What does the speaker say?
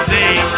day